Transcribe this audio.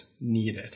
needed